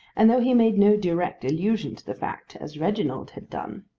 and though he made no direct allusion to the fact, as reginald had done,